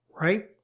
right